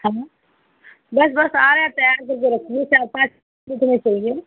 है ना bus bus आ रहे हैं तैयार करके रखिए चार पाँच कितने चाहिए